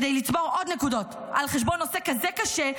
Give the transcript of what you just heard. כדי לצבור עוד נקודות על חשבון נושא כזה קשה,